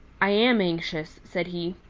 i am anxious, said he.